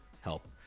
help